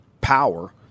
power